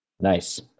Nice